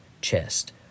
chest